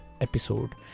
episode